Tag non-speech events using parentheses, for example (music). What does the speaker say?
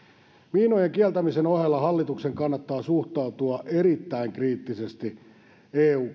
miinojen kieltämisen ohella hallituksen kannattaa suhtautua erittäin kriittisesti eun (unintelligible)